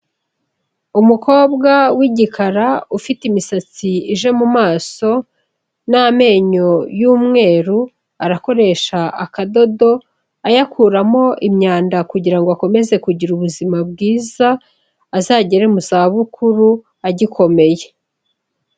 Umukobwa w'igikara ufite imisatsi ije mu maso n'amenyo y'umweru, arakoresha akadodo ayakuramo imyanda kugira ngo akomeze kugira ubuzima bwiza, azagere mu zabukuru agikomeye.